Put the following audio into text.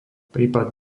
prípad